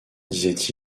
disait